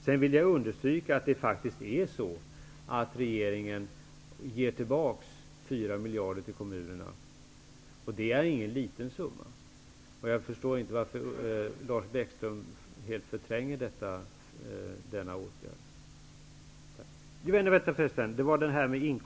Jag vill understryka att regeringen ger tillbaks fyra miljarder kronor till kommunerna. Det är ingen liten summa. Jag förstår inte varför Lars Bäckström helt förtränger denna åtgärd.